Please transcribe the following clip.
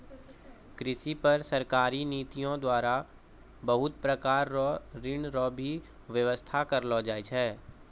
कृषि पर सरकारी नीतियो द्वारा बहुत प्रकार रो ऋण रो भी वेवस्था करलो छै